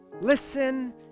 listen